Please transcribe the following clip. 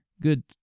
good